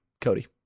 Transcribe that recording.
Cody